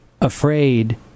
afraid